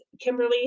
Kimberly